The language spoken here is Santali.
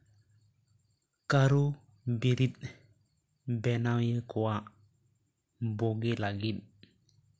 ᱠᱟᱹᱨᱩ ᱵᱤᱨᱤᱫ ᱵᱮᱱᱟᱣᱤᱭᱟᱹ ᱠᱚᱣᱟᱜ ᱵᱚᱜᱮ ᱞᱟᱹᱜᱤᱫ